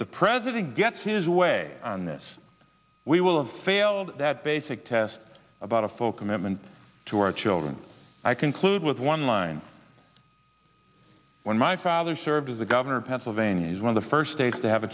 the president gets his way on this we will have failed that basic test about a folk amendment to our children i conclude with one line when my father served as a governor of pennsylvania is one of the first states to have a